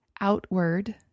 outward